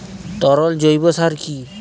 তরল জৈব সার কি?